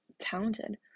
talented